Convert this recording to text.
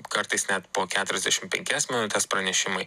kartais net po keturiasdešimt penkias minutes pranešimai